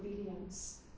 obedience